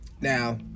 now